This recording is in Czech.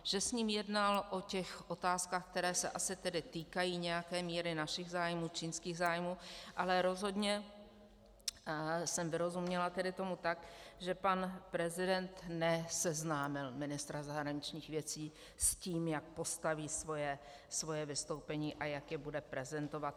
Že s ním jednal o těch otázkách, které se asi týkají nějaké míry našich zájmů, čínských zájmů, ale rozhodně jsem rozuměla tomu tak, že pan prezident neseznámil ministra zahraničních věcí s tím, jak postaví svoje vystoupení a jak je bude prezentovat.